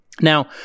Now